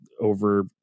over